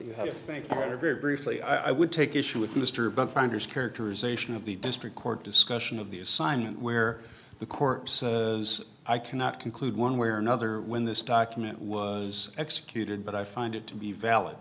our very briefly i would take issue with mr buck finders characterization of the district court discussion of the assignment where the court is i cannot conclude one way or another when this document was executed but i find it to be valid